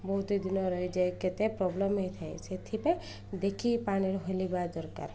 ବହୁତ ଦିନ ରହିଯାଏ କେତେ ପ୍ରୋବ୍ଲେମ ହେଇଥାଏ ସେଥିପାଇଁ ଦେଖିକି ପାଣିରେ ଓହ୍ଲିବା ଦରକାର